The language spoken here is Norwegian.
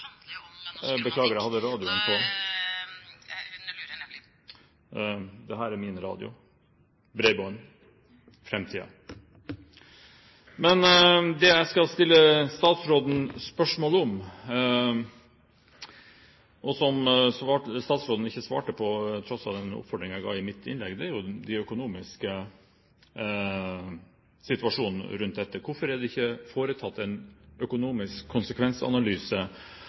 beklager, jeg hadde radioen på. Dette er min radio – bredbånd, fremtiden. Men det jeg skal stille statsråden spørsmål om, og som statsråden ikke svarte på, til tross for den oppfordringen jeg ga i mitt innlegg, er den økonomiske situasjonen rundt dette. Hvorfor er det ikke foretatt en økonomisk konsekvensanalyse